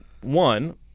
one